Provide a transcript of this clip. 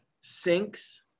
sinks